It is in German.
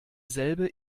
selbe